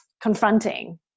confronting